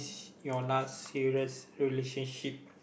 your last serious relationship